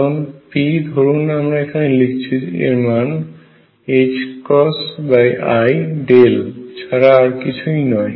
কারণ p ধরুন আমরা এখানে লিখছি এর মান i ছাড়া আর কিছুই না